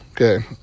okay